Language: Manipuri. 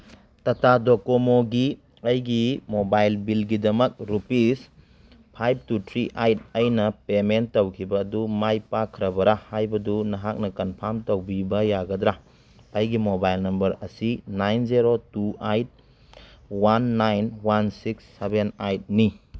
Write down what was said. ꯇꯇꯥ ꯗꯣꯀꯣꯃꯣꯒꯤ ꯑꯩꯒꯤ ꯃꯣꯕꯥꯏꯜ ꯕꯤꯜꯒꯤꯗꯃꯛ ꯔꯨꯄꯤꯁ ꯐꯥꯏꯕ ꯇꯨ ꯊꯤ ꯑꯥꯏꯠ ꯑꯩꯅ ꯄꯦꯃꯦꯟ ꯇꯧꯈꯤꯕ ꯑꯗꯨ ꯃꯥꯏ ꯄꯥꯛꯈ꯭ꯔꯕꯔꯥ ꯍꯥꯏꯕꯗꯨ ꯅꯍꯥꯛꯅ ꯀꯟꯐꯥꯝ ꯇꯧꯕꯤꯕ ꯌꯥꯒꯗ꯭ꯔꯥ ꯑꯩꯒꯤ ꯃꯣꯕꯥꯏꯜ ꯅꯝꯕꯔ ꯑꯁꯤ nine zero two eight one nine one six seven ꯑꯥꯏꯠꯅꯤ